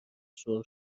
سرخ